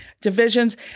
Divisions